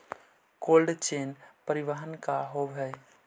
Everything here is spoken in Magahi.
कोल्ड चेन परिवहन का होव हइ?